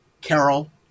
Carol